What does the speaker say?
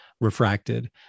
refracted